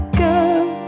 girl